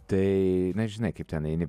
tai na žinai kaip ten eini